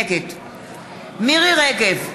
נגד מירי רגב,